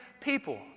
people